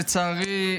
לצערי,